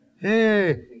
Hey